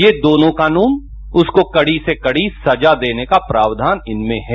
ये दोनों कानून उसको कड़ी से कड़ी सजा देने का प्रावधान इनमें है